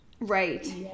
right